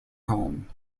home